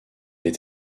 est